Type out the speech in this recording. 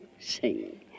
Sing